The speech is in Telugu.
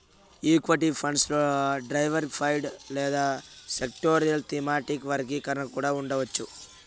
ఈక్విటీ ఫండ్స్ లో డైవర్సిఫైడ్ లేదా సెక్టోరల్, థీమాటిక్ వర్గీకరణ కూడా ఉండవచ్చు